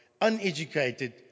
uneducated